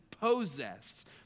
possessed